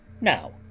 now